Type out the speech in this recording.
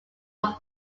was